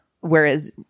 whereas